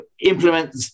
implement